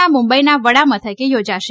ના મુંબઇના વડામથકે યોજાશે